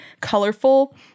colorful